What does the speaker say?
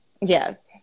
Yes